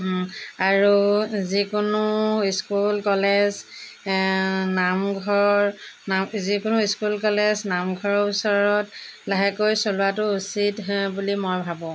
আৰু যিকোনো school college নামঘৰ যিকোনো স্কুল কলেজ নামঘৰৰ ওচৰত লাহেকৈ চলোৱাতো উচিত হয় বুলি মই ভাবোঁ